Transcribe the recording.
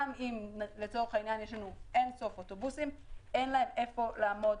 גם אם לצורך העניין יש לנו אין-סוף אוטובוסים אין להם איפה לעמוד,